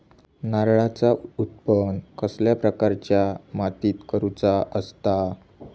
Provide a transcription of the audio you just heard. नारळाचा उत्त्पन कसल्या प्रकारच्या मातीत करूचा असता?